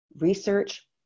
research